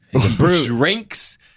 drinks